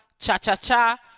Cha-cha-cha